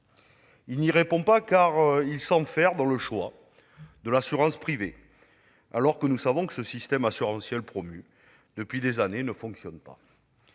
Il n'y répond pas, car il s'enferre dans le choix de l'assurance privée, alors que nous savons que ce système assurantiel, promu depuis des années, ne fonctionne pas.